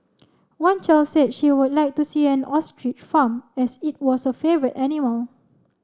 one child said she would like to see an ostrich farm as it was her favourite animal